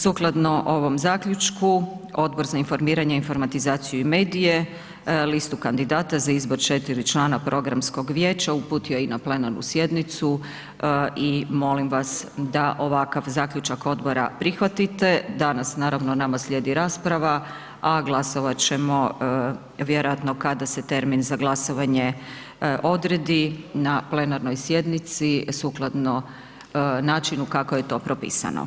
Sukladno ovom zaključku Odbor, za informiranje, informatizaciju i medije listu kandidata za izbor četiri člana Programskog vijeća uputio je i na plenarnu sjednicu i molim vas da ovakav zaključak odbora prihvatite, danas naravno nama slijedi rasprava a glasovati ćemo vjerojatno kada se termin za glasovanje odredi na plenarnoj sjednici sukladno načinu kako je to propisano.